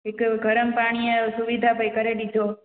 हिकु गरम पाणी जो भई सुविधा करे ॾिजो